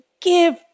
Give